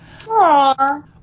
Aww